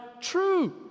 true